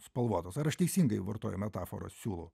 spalvotos ar aš teisingai vartoju metaforas siūlų